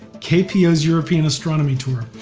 kpo's european astronomy tour,